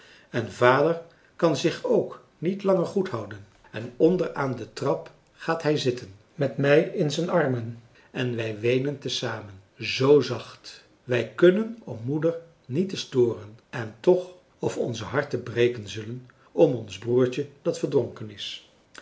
en vader kan zich ook niet langer goed houden en onder aan de trap gaat hij zitten met mij in zijn armen en wij weenen te zamen zoo zacht wij kunnen om moeder niet te storen en toch of onze harten breken zullen om ons broertje dat verdronken is